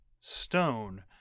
stone